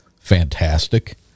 Fantastic